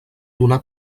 donar